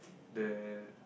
then